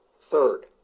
Third